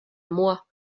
moi